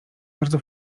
bardzo